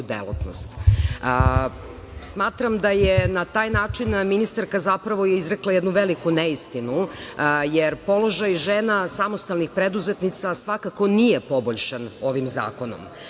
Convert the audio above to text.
delatnost. Smatram da je na taj način ministarka zapravo izrekla jednu veliku neistinu, jer položaj žena samostalnih preduzetnica svakako nije poboljšan ovim Zakonom. Naime